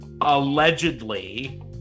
allegedly